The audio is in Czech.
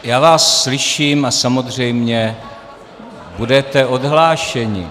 Já vás slyším a samozřejmě budete odhlášeni.